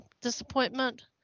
disappointment